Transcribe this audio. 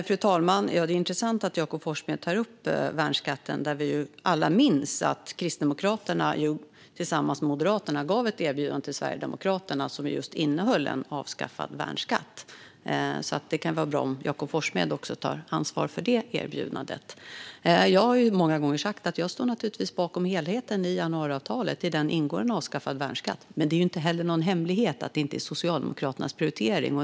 Fru talman! Det är intressant att Jakob Forssmed tar upp värnskatten. Vi minns alla att Kristdemokraterna tillsammans med Moderaterna gav ett erbjudande till Sverigedemokraterna som just innehöll en avskaffad värnskatt. Det kan vara bra om Jakob Forssmed också tar ansvar för det erbjudandet. Jag har många gånger sagt att jag givetvis står bakom helheten i januariavtalet, och i den ingår en avskaffad värnskatt. Det är dock ingen hemlighet att det inte är Socialdemokraternas prioritering.